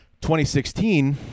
2016